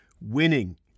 winning